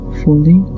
fully